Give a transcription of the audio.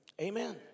Amen